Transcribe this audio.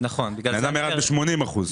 אם אדם ירד ב-80%.